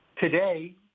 Today